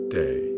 day